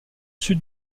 sud